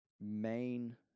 main